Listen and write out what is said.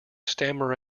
stammer